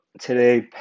today